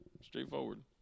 straightforward